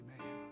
Amen